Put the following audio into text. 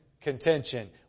contention